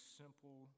simple